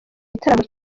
igitaramo